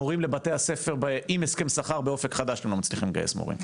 מורים לבתי הספר עם הסכם שכר באופק חדש אתם לא מצליחים לגייס מורים.